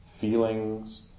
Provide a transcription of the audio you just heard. feelings